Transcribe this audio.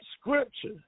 scripture